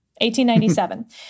1897